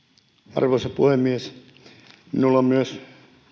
arvoisa puhemies minulla on myös